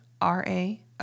R-A